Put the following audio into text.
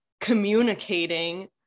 communicating